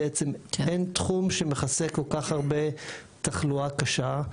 בעצם אין תחום שמכסה כל כך הרבה תחלואה קשה,